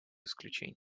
исключения